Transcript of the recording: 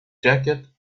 jacket